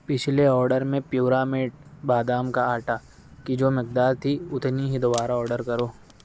پچھلے آڈر میں پیورامیٹ بادام کا آٹا کی جو مقدار تھی اتنی ہی دوبارہ آڈر کرو